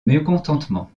mécontentement